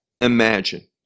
imagine